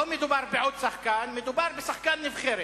לא מדובר בעוד שחקן, מדובר בשחקן נבחרת.